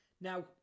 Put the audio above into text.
Now